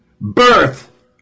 Birth